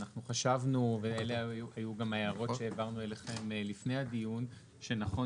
אנחנו חשבנו ואלה היו גם ההערות שהעברנו אליכם לפני הדיון שנכון